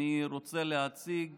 אני רוצה להציג